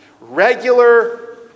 Regular